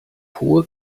hohe